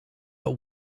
but